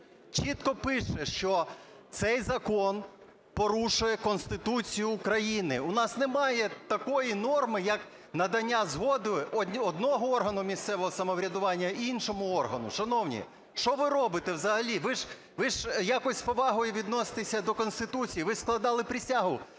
чітко пише, що цей закон порушує Конституцію України. У нас немає такої норми, як надання згоди одного органу місцевого самоврядування іншому органу. Шановні, що ви робите взагалі? Ви ж якось з повагою відносьтесь до Конституції, ви ж складали присягу